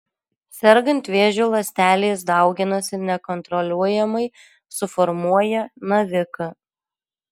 sergant vėžiu ląstelės dauginasi nekontroliuojamai suformuoja naviką